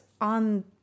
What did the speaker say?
on